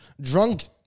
drunk